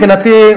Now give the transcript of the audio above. מבחינתי,